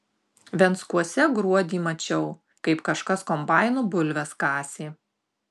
venckuose gruodį mačiau kaip kažkas kombainu bulves kasė